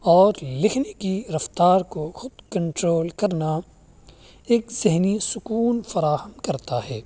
اور لکھنے کی رفتار کو خود کنٹرول کرنا ایک ذہنی سکون فراہم کرتا ہے